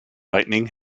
lightning